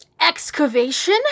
Excavation